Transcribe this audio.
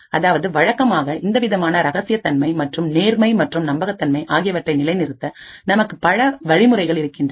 அதாவது வழக்கமாக இந்தவிதமான இரகசியத்தன்மை மற்றும் நேர்மை மற்றும் நம்பகத்தன்மை ஆகியவற்றை நிலைநிறுத்த நமக்கு பல வழிமுறைகள் இருக்கின்றன